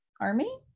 army